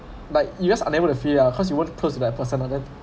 like you just unable to feel lah cause you weren't close with that person uh then